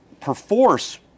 perforce